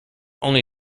only